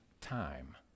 time